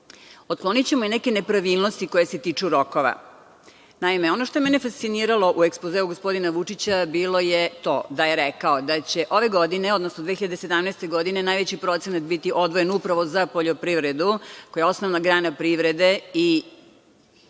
otklonićemo i neke nepravilnosti koji se tiču rokova. Naime, ono što je mene fasciniralo u ekspozeu gospodina Vučića, bilo je to da je rekao da će ove godine, odnosno 2017. godine najveći procenat biti odvojen upravo za poljoprivredu, koja je osnovna grana privrede i